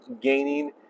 gaining